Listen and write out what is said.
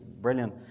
brilliant